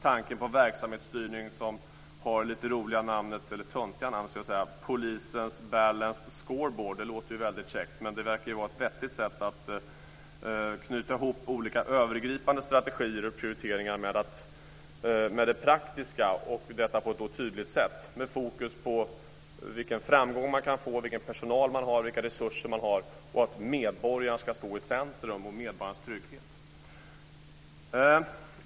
Tanken med verksamhetsstyrning, med det töntiga namnet Polisens Balanced Scoreboard - det låter käckt - verkar vara ett vettigt sätt att tydligt knyta ihop olika övergripande strategier och prioriteringar med det praktiska med fokus på vilken framgång det kan bli, vilken personal som finns, vilka resurser som finns och att medborgarnas trygghet ska stå i centrum.